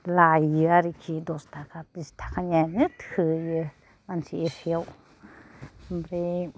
लाइयो आरखि दस थाखा बिस थाखानियानो थोयो मानसि एसेयाव ओमफ्राय